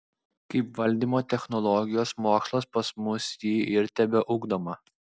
kaip valdymo technologijos mokslas pas mus ji ir teugdoma